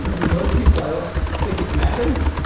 but for most people, i don't think it matters.